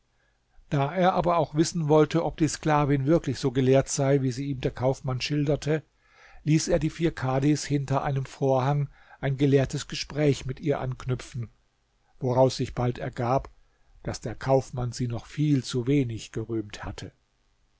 da er aber auch wissen wollte ob die sklavin wirklich so gelehrt sei wie sie ihm der kaufmann schilderte ließ er die vier kadhis hinter einem vorhang ein gelehrtes gespräch mit ihr anknüpfen woraus sich bald ergab daß der kaufmann sie noch viel zu wenig gerühmt hatte